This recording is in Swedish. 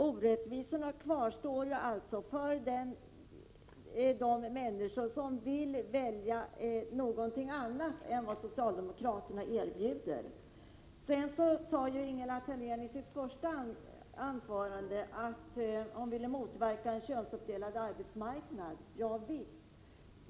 Orättvisorna kvarstår alltså för de människor som vill kunna välja någonting annat än vad socialdemokraterna erbjuder. I sitt första inlägg sade Ingela Thalén att hon ville motverka en könsuppdelad arbetsmarknad. Javisst.